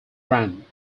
grant